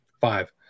Five